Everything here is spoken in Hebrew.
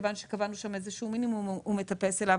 מכיוון שקבענו שם איזשהו מינימום הוא מטפס אליו,